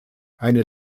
eine